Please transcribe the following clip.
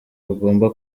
bagomba